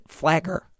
flagger